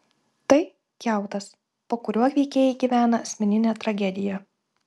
tai kiautas po kuriuo veikėjai gyvena asmeninę tragediją